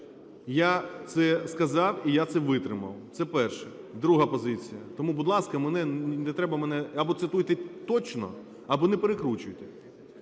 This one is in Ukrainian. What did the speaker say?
Я це сказав і я це витримав. Це перше. Друга позиція. Тому, будь ласка, мене, не треба мене… або цитуйте точно, або не перекручуйте.